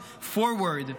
forward.